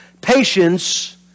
patience